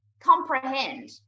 comprehend